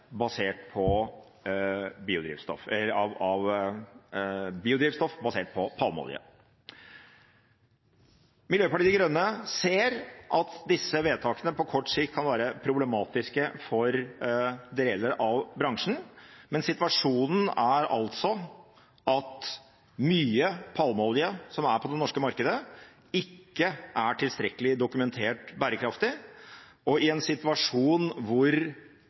Miljøpartiet De Grønne ser at disse vedtakene på kort sikt kan være problematiske for deler av bransjen, men situasjonen er altså at mye palmeolje som er på det norske markedet, ikke er tilstrekkelig dokumentert bærekraftig, og i en situasjon hvor